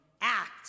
act